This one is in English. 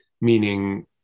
meaning